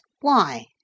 Why